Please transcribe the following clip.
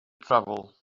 travel